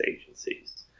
agencies